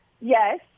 yes